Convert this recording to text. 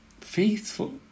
faithful